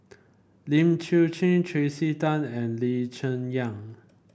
Lim Chwee Chian Tracey Tan and Lee Cheng Yan